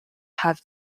have